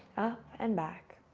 up, and back.